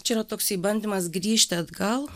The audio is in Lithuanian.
čia yra toksai bandymas grįžti atgal